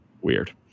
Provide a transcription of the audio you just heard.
weird